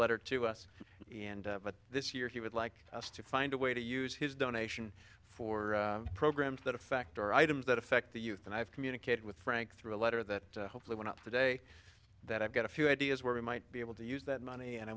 letter to us and this year he would like us to find a way to use his donation for programs that affect our items that affect the youth and i have communicated with frank through a letter that hopefully went out today that i've got a few ideas where we might be able to use that money and i